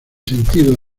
sentido